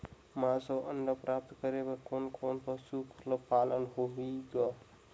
मांस अउ अंडा प्राप्त करे बर कोन कोन पशु ल पालना होही ग?